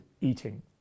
eating